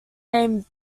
name